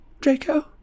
Draco